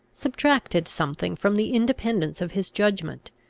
subtracted something from the independence of his judgment,